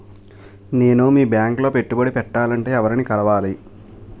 నేను మీ బ్యాంక్ లో పెట్టుబడి పెట్టాలంటే ఎవరిని కలవాలి?